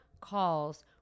calls